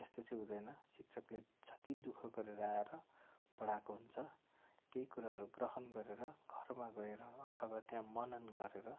त्यस्तो चाहिँ हुँदैन शिक्षकले जति दुःख गरेर आएर पढाएको हुन्छ त्यही कुराहरू ग्रहण गरेर घरमा गएर अथवा त्यहाँ मनन गरेर